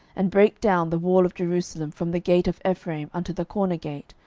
and brake down the wall of jerusalem from the gate of ephraim unto the corner gate,